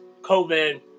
COVID